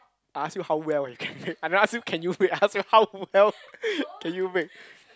I ask you how well you can bake I never ask you can you bake I ask you how well can you bake